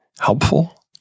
helpful